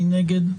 מי נגד?